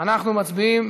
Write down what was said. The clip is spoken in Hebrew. אנחנו מצביעים.